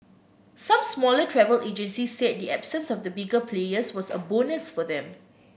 some smaller travel agencies said the absence of the bigger players was a bonus for them